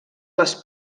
les